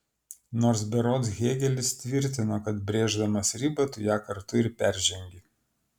nors berods hėgelis tvirtino kad brėždamas ribą tu ją kartu ir peržengi